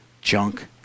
Junk